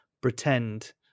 pretend